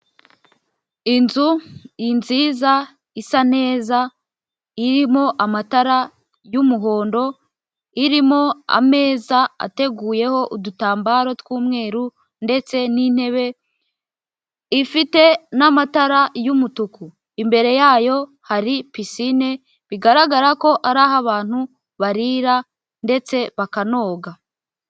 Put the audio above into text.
Inzu inziza isa neza irimo amatara y'umuhondo, irimo ameza ateguyeho udutambaro tw'umweru, ndetse n'intebe, ifite n'amatara y'umutuku. Imbere yayo hari pisine bigaragara ko ari aho abantu barira ndetse bakanoga.